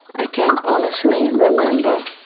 i can't honestly remember